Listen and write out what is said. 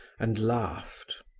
and laughed.